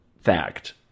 fact